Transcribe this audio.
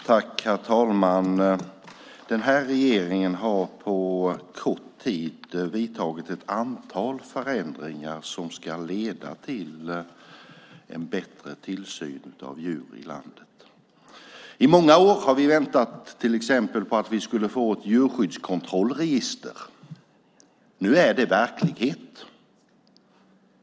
Herr talman! Den här regeringen har på kort tid vidtagit ett antal förändringar som ska leda till en bättre tillsyn av djur i landet. I många år har vi väntat på att vi till exempel skulle få ett djurskyddskontrollregister. Nu är det verklighet.